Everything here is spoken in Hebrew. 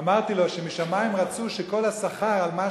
אמרתי לו שמשמים רצו שכל השכר על מה